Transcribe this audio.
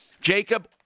Jacob